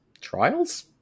trials